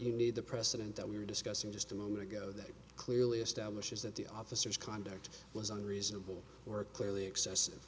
you need the precedent that we were discussing just a moment ago that clearly establishes that the officers conduct was unreasonable or clearly excessive